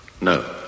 No